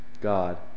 God